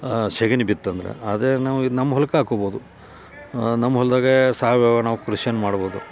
ಸಗಣಿ ಬಿತ್ತಂದ್ರೆ ಅದೇ ನಾವು ಇದು ನಮ್ಮ ಹೊಲಕ್ಕೆ ಹಾಕ್ಕೋಬೋದು ನಮ್ಮ ಹೊಲ್ದಾಗೆ ಸಾವಯವ ನಾವು ಕೃಷಿಯನ್ನು ಮಾಡ್ಬೋದು